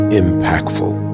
impactful